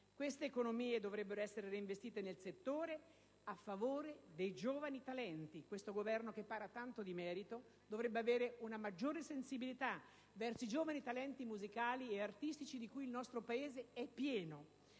Queste economie dovrebbero essere reinvestite nel settore a favore dei giovani talenti. Questo Governo che parla tanto di merito dovrebbe avere una maggiore sensibilità verso i giovani talenti musicali e artistici di cui il nostro Paese è pieno,